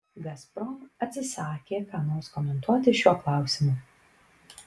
gazprom atsisakė ką nors komentuoti šiuo klausimu